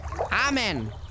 Amen